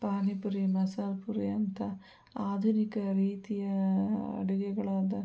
ಪಾನಿಪುರಿ ಮಸಾಲಪುರಿ ಅಂಥ ಆಧುನಿಕ ರೀತಿಯ ಅಡುಗೆಗಳಾದ